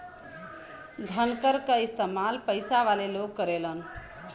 धनकर क इस्तेमाल पइसा वाले लोग करेलन